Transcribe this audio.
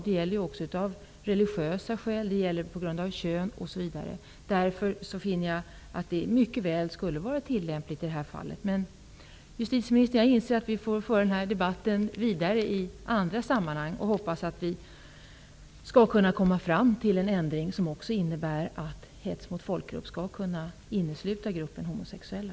Det gäller också religiösa skäl, kön osv. Därför finner jag att det mycket väl skulle vara tillämpligt i detta fall. Justitieministern, jag inser att vi får föra debatten vidare i andra sammanhang och hoppas att vi skall kunna komma fram till en ändring som också innebär att hets mot folkgrupp skall kunna innesluta gruppen homosexuella.